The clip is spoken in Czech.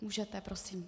Můžete, prosím.